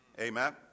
Amen